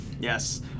Yes